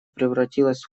превратилось